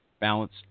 balance